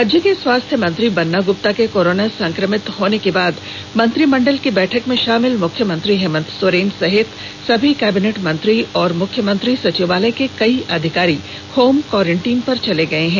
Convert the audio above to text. राज्य के स्वास्थ्य मंत्री बन्ना गुप्ता के कोरोना संक्रमित होने के बाद मंत्रिमंडल की बैठक में शामिल मुख्यमंत्री हेमंत सोरेन सहित सभी कैबिनेट मंत्री और मुख्यमंत्री सचिवालय के कई अधिकारी होम क्वारेंटाइन र्मे चले गये हैं